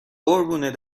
قربون